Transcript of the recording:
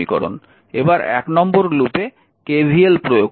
এবার 1 নম্বর লুপে KVL প্রয়োগ করতে হবে